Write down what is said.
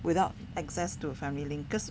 without access to a family link